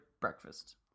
breakfast